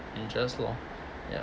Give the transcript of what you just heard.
unjust lor ya